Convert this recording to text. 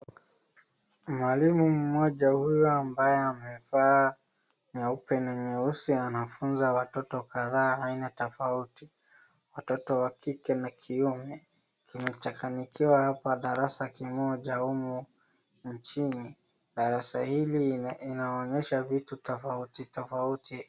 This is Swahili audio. Mwalimu mmoja huyu ambaye amevaa nyeupe na nyeusi anafunza watoto kadhaa aina tofauti watoto wa kike na kiume. Kimechakanikiwa hapa darasa kimoja humu mjini. Darasa hili linaonyesha vitu tofauti tofauti.